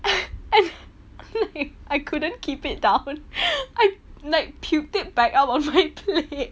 and and like I couldn't keep it down I like puked it back out on my plate